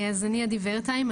אני עדי ורטהיים,